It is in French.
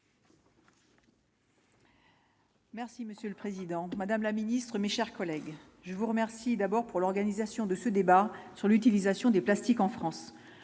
Merci Monsieur le Président, Madame la Ministre, mes chers collègues, je vous remercie d'abord pour l'organisation de ce débat sur l'utilisation du plastique en France,